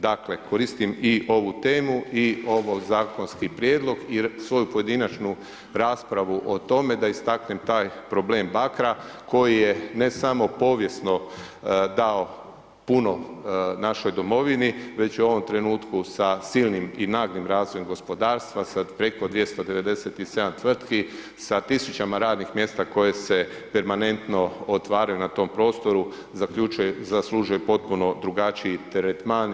Dakle, koristim i ovu temu i ovo zakonski prijedlog i svoju pojedinačnu raspravu o tome da istaknem taj problem Bakra koji je, ne samo povijesno dao puno našoj domovini, već je u ovom trenutku sa silnim i naglim razvojem gospodarstva, sad preko 297 tvrtki, sa tisućama radnih mjesta koji se permanentno otvaraju na tom prostoru, zaslužuje potpuno drugačiji tretman.